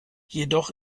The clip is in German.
jedoch